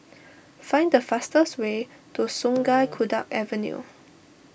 find the fastest way to Sungei Kadut Avenue